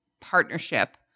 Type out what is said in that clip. partnership